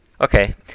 Okay